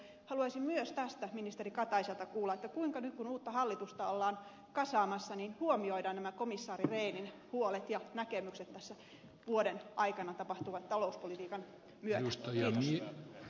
haluaisin myös tästä ministeri kataiselta kuulla kuinka nyt kun uutta hallitusta ollaan kasaamassa huomioidaan nämä komissaari rehnin huolet ja näkemykset tässä vuoden aikana tapahtuvan talouspolitiikan myötä